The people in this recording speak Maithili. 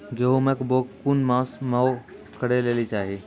गेहूँमक बौग कून मांस मअ करै लेली चाही?